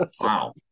Wow